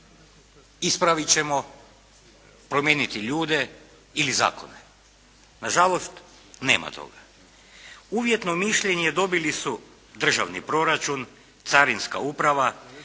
ispravit ćemo, promijeniti ljude ili zakone. Na žalost, nema toga. Uvjetno mišljenje dobili su državni proračun, carinska uprava,